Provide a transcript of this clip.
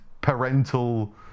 parental